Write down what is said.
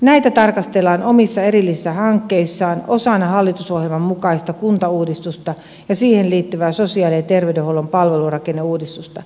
näitä tarkastellaan omissa erillisissä hankkeissaan osana hallitusohjelman mukaista kuntauudistusta ja siihen liittyvää sosiaali ja terveydenhuollon palvelurakenneuudistusta